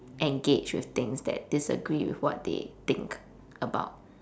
engage with things that disagree with what they think about